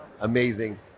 Amazing